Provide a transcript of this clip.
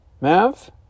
Mav